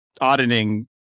auditing